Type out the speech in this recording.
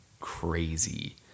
crazy